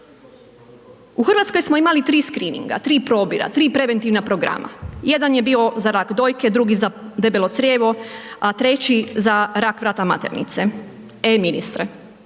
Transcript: U Hrvatskoj smo imali tri screeninga, tri probira, tri preventivna programa. Jedan je bio za rak dojke, drugi za debelo crijevo a treći za rak vrata maternice. E ministre,